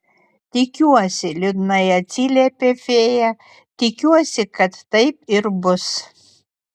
tikiuosi liūdnai atsiliepė fėja tikiuosi kad taip ir bus